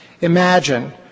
Imagine